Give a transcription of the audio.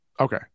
Okay